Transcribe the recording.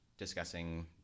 discussing